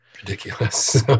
ridiculous